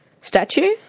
statue